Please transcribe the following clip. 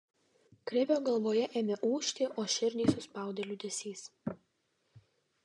krivio galvoje ėmė ūžti o širdį suspaudė liūdesys